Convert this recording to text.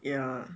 ya